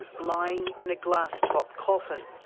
lying in a glass topped coffin.